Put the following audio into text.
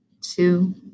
two